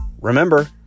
Remember